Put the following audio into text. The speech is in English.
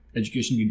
education